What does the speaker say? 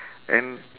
and